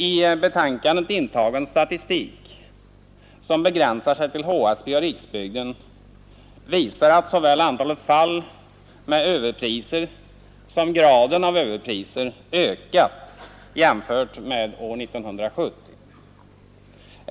I betänkandet intagen statistik, som begränsar sig till HSB och Riksbyggen, visar att såväl antalet fall med överpriser som graden av överpriser ökat jämfört med år 1970.